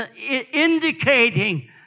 indicating